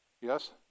Yes